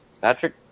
Patrick